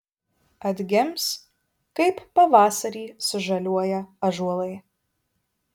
atgims kaip pavasarį sužaliuoja ąžuolai